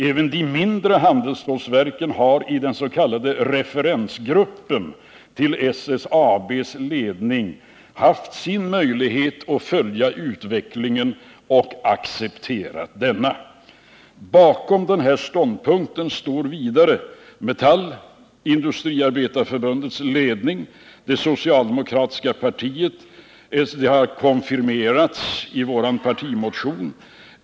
Även de mindre handelsstålverken har i den s.k. referensgruppen till SSAB:s ledning haft möjlighet att följa utvecklingen och acceptera denna. Bakom denna ståndpunkt står vidare Metallindustriarbetareförbundets ledning och det socialdemokratiska partiet — detta har konfirmerats i vår partimotion.